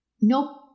nope